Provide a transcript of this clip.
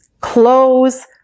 clothes